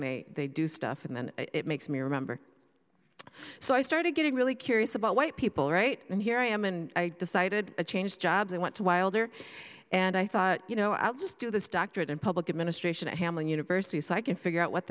may they do stuff and then it makes me remember so i started getting really curious about white people right and here i am and i decided to change jobs i went to wilder and i thought you know i'll just do this doctorate in public administration at hamlin university so i can figure out what